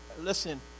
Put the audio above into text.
listen